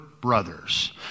brothers